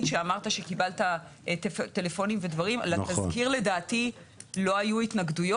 אמרת שאנחנו צריכים לדעת על כניסת מאומתים.